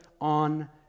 on